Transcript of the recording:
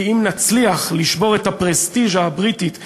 כי אם נצליח לשבור את הפרסטיז'ה הבריטית בארץ-ישראל,